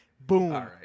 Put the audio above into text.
Boom